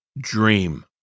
dream